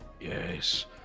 Yes